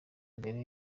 mbere